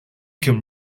can